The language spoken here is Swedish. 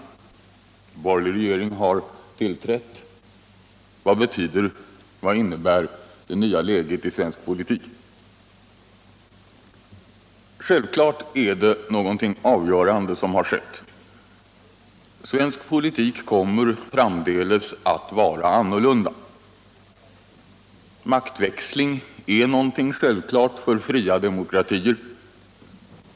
En borgerlig regering har tillträtt. Vad innebär det nya läget i svensk politik? Självklari är det någonting avgörande som har skett. Svensk politik kommer framdeles att vara annorlunda. Maktväxling är någonting självklart för fria demokratier.